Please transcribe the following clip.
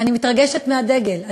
אני מתרגשת מהדגל.